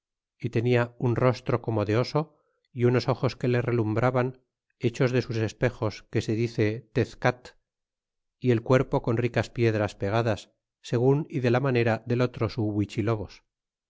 y tenia un rostro como de oso y unos ojos que le relumbraban hechos de sus espejos que se dice tezcat y el cuerpo con ricas piedras pegadas segun y de la manera del otro